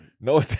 No